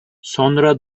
sonra